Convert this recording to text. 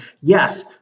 Yes